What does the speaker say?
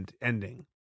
ending